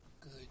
Good